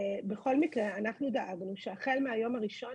בכל מקרה, אנחנו דאגנו שהחל מהיום הראשון